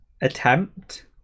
attempt